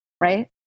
right